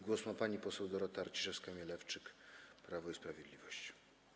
Głos ma pani poseł Dorota Arciszewska-Mielewczyk, Prawo i Sprawiedliwość.